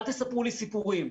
אל תספרו לי סיפורים.